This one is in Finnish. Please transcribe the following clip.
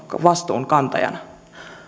vastuun kantajana